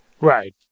Right